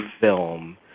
film